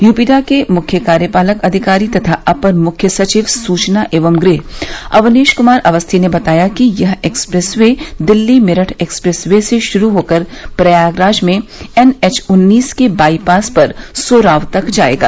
यूपीडा के मुख्य कार्यपालक अधिकारी तथा अपर मुख्य सचिव सूचना एवं गृह अवनीश कुमार अवस्थी ने बताया कि यह expressway Delhi Meerut expressway से शुरू होकर प्रयागराज में एनएच उन्नीस के बाईपास पर सोराव तक जायेगा